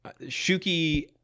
Shuki